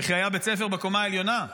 וכי היה בית ספר בקומה העליונה?